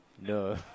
No